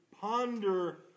ponder